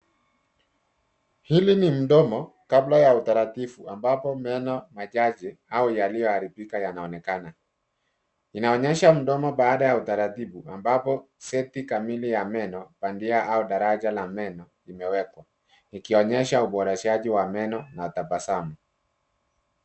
Hili ni mdomo , kabla ya utaratibu ambapo meno machache, au yaliyoharibika yanaonekana. Inaonyesha mdomo baada ya utaratibu ambapo seti kamili ya meno bandia au daraja la meno limewekwa, likionyesha uboreshaji wa meno na tabasamu.